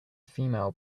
female